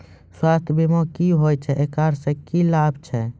स्वास्थ्य बीमा की होय छै, एकरा से की लाभ छै?